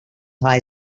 high